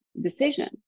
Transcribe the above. decision